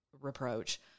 reproach